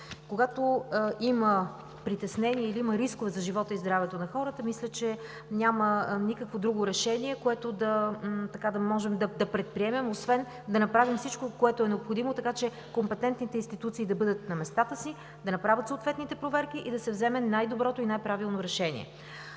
Когато има притеснение или има рискове за живота и здравето на хората, мисля, че няма никакво друго решение, което да можем да предприемем, освен да направим всичко, което е необходимо, така че компетентните институции да бъдат на местата си, да направят съответните проверки и да се вземе най-доброто и най-правилно решение.